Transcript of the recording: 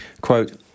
quote